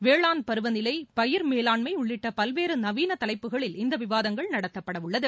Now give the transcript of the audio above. வேளாண் பருவநிலை பயிர் மேலாண்மை உள்ளிட்ட பல்வேறு நவீன தலைப்புகளில் இந்த விவாதங்கள் நடத்தப்படவுள்ளது